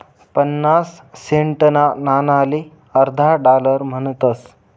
पन्नास सेंटना नाणाले अर्धा डालर म्हणतस